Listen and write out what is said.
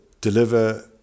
deliver